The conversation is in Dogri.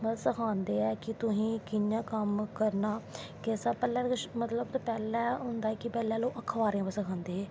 मतलव सखांदे ऐं कि तुसें कियां कम्म करनां मतलव पैह्लैं होंदा पैह्लैं लोग अखबारे पर सखांदे हे